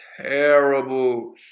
terrible